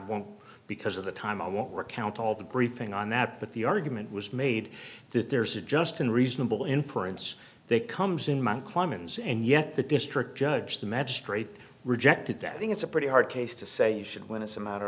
won't because of the time i won't recount all the briefing on that but the argument was made that there's a just and reasonable inference they comes in mind clemens and yet the district judge the magistrate rejected that i think it's a pretty hard case to say you should when it's a matter